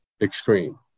extreme